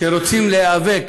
כשרוצים להיאבק